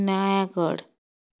Nayagarh